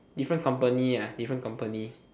different company ya different company